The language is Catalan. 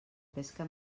pesca